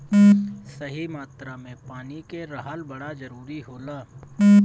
सही मात्रा में पानी के रहल बड़ा जरूरी होला